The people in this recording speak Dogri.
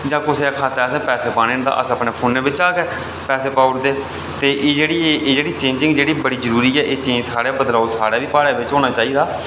जां कुसै दे खातै असें पैसे पाने न तां असें अपने फोनै बिचा गै पैसे पाई ओड़दे ते जेह्ड़ी चेंजिंग जेह्ड़ी ऐ बड़ी जरूरी ऐ एह् चेंज ऐ एह् बदलाव जेह्ड़ा साढ़े बी प्हाड़ै च होना चाहिदा